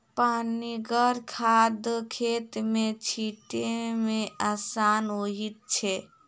पनिगर खाद खेत मे छीटै मे आसान होइत छै